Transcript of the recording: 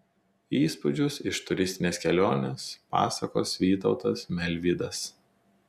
įspūdžius iš turistinės kelionės pasakos vytautas melvydas